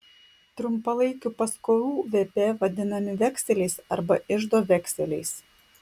trumpalaikių paskolų vp vadinami vekseliais arba iždo vekseliais